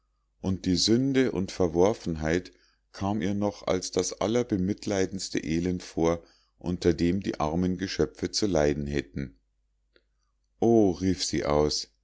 und die sünde und verworfenheit kam ihr noch als das allerbemitleidendste elend vor unter dem die armen geschöpfe zu leiden hätten o rief sie aus